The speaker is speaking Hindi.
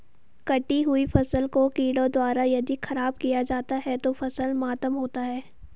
कटी हुयी फसल को कीड़ों द्वारा यदि ख़राब किया जाता है तो फसल मातम होता है